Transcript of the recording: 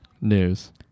News